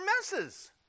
messes